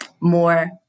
more